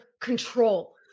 control